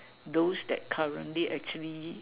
those that currently actually